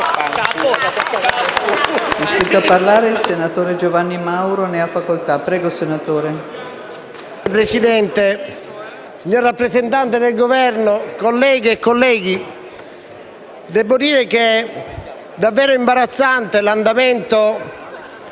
Presidente, rappresentante del Governo, colleghe e colleghi, debbo dire che è davvero imbarazzante la